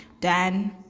Dan